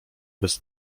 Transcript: bez